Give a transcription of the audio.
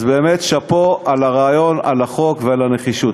אז באמת, שאפו על הרעיון, על החוק ועל הנחישות.